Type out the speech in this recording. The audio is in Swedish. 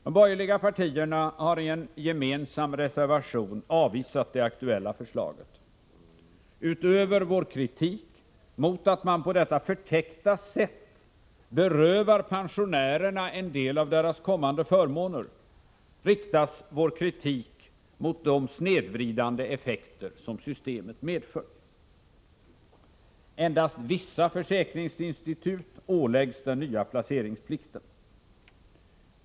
De borgerliga partierna har i en gemensam reservation avvisat det aktuella förslaget. Utöver vår kritik mot att man på detta förtäckta sätt berövar pensionärerna en del av deras kommande förmåner riktas vår kritik mot de snedvridande effekter som systemet medför. Endast vissa försäkringsinstitut åläggs den nya placeringsplikten.